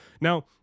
Now